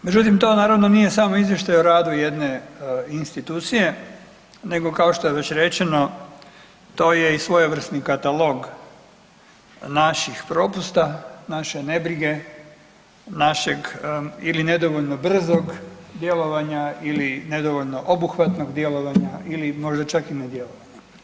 Međutim, to naravno nije samo izvještaj o radu jedne institucije nego kao što je već rečeno to je i svojevrsni katalog naših propusta, naše nebrige, našeg ili nedovoljno brzog djelovanja ili nedovoljno obuhvatnog djelovanja ili možda čak i nedjelovanja.